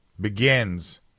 begins